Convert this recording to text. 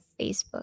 facebook